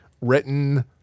written